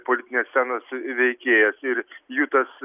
politinės scenos veikėjas ir jų tas